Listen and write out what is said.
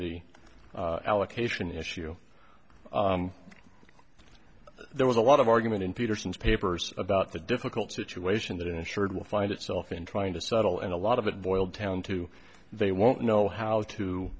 the allocation issue there was a lot of argument in peterson's papers about the difficult situation that insured will find itself in trying to settle and a lot of it boiled down to they won't know how to